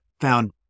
found